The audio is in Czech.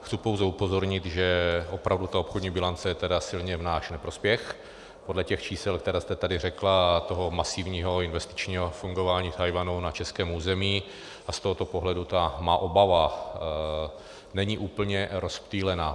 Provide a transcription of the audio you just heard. Chci pouze upozornit, že opravdu ta obchodní bilance je silně v náš neprospěch podle těch čísel, která jste tady řekla, a toho masivního investičního fungování Tchajwanu na českém území, a z tohoto pohledu ta má obava není úplně rozptýlená.